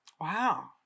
Wow